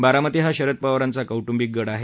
बारामती हा शरद पवारांचा कौट्ंबिक गड आहे